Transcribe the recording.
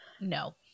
No